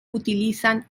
utilizan